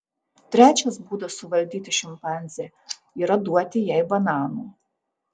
trečias būdas suvaldyti šimpanzę yra duoti jai bananų